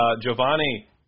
Giovanni